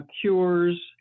cures